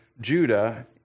Judah